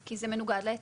כי זה מנוגד להיתר.